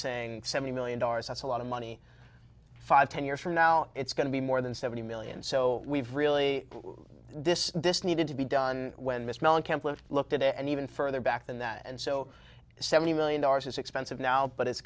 saying seventy million dollars that's a lot of money five ten years from now it's going to be more than seventy million so we've really this this needed to be done when mr mellencamp looked at it and even further back than that and so seventy million dollars is expensive now but it's